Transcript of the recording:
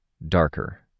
Darker